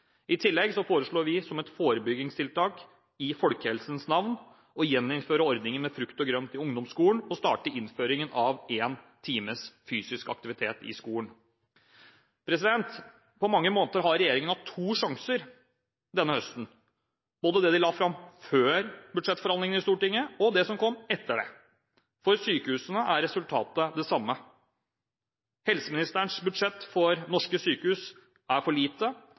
I tillegg foreslår vi, som et forebyggingstiltak i folkehelsens navn, å gjeninnføre ordningen med frukt og grønt i ungdomsskolen og starte innføringen av en times fysisk aktivitet i skolen. På mange måter har regjeringen hatt to sjanser denne høsten, både før budsjettforhandlingene i Stortinget og etter. For sykehusene er resultatet det samme. Helseministerens budsjett for norske sykehus er for lite,